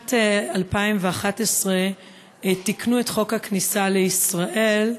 בשנת 2011 תיקנו את חוק הכניסה לישראל,